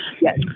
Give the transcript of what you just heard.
Yes